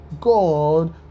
God